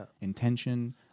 intention